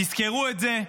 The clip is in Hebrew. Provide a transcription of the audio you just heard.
תזכרו את זה.